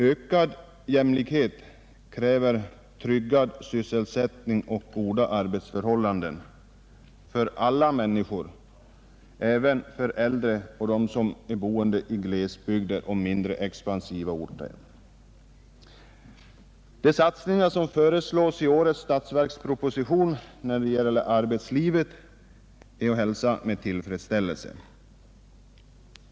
Ökad jämlikhet kräver tryggad sysselsättning och goda arbetsförhållanden för alla människor — även för de äldre och för dem som bor i glesbygder och mindre expansiva orter. De satsningar som föreslås i årets statsverksproposition när det gäller arbetslivet är att hälsa med tillfredsställelse.